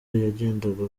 yagendaga